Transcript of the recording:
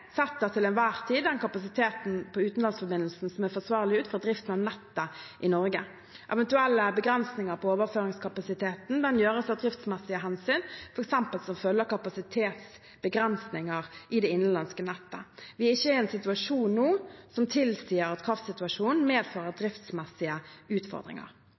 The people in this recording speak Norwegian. til enhver tid den kapasiteten på utenlandsforbindelsene som er forsvarlig, ut fra driften av nettet i Norge. Eventuelle begrensninger på overføringskapasiteten gjøres av driftsmessige hensyn, f.eks. som følge av kapasitetsbegrensninger i det innenlandske nettet. Vi er ikke i en situasjon nå som tilsier at kraftsituasjonen medfører driftsmessige utfordringer.